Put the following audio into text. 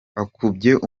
umukunzi